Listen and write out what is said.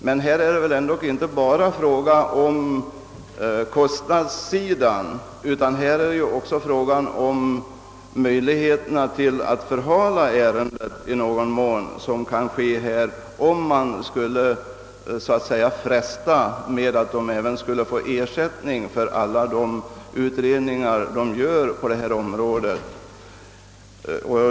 Men det är väl härvidlag ändå inte bara fråga om kostnaderna utan det gäller även de möjligheter att i viss mån förhala ärendet, vilka kan uppstå om man skulle så att säga pressa parterna med att de även skulle få ersättning för alla de utredningar de låter göra på detta område.